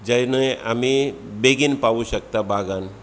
जे न्हय आमी बेगीन पावूंक शकता बागा